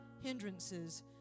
hindrances